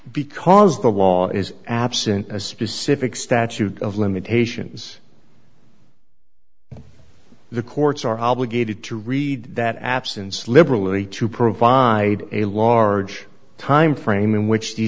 because the law is absent a specific statute of limitations the courts are obligated to read that absence liberally to provide a large time frame in which